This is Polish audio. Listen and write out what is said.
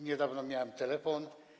Niedawno miałem telefon.